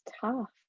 tough